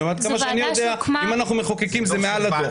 עד כמה שאני יודע, אם אנחנו מחוקקים זה מעל הדוח.